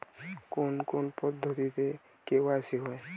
কোন কোন পদ্ধতিতে কে.ওয়াই.সি হয়?